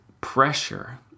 pressure